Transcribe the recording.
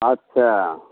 अच्छा